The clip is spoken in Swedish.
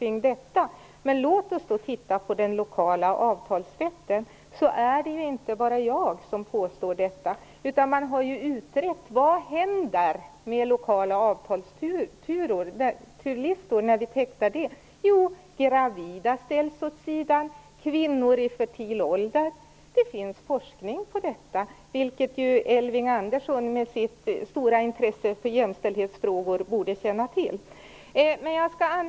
Låt oss titta på den lokala avtalsrätten. Det är inte bara jag som gör sådana påståenden som jag gör. Man har ju utrett vad som händer när lokala avtalsturlistor tecknas. Gravida och kvinnor i fertil ålder ställs åt sidan. Det finns forskning på detta område. Elving Andersson med sitt stora intresse för jämställdhetsfrågor borde känna till det.